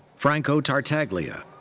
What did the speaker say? franco tartaglia.